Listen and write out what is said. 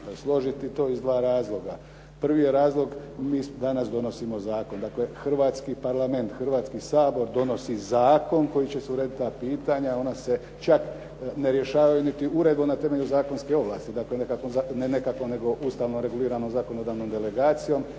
složiti. I to iz dva razloga. Prvi je razlog, mi danas donosimo zakon, dakle Hrvatski parlament, Hrvatski sabor donosi zakon kojim će se urediti ta pitanja, ona se čak ne rješavaju niti uredbom na temelju zakonske ovlasti, dakle ne nekakvom nego Ustavno reguliranom zakonodavnom delegacijom,